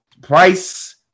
Price